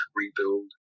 rebuild